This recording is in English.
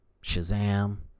Shazam